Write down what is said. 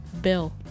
Bill